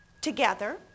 Together